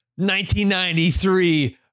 1993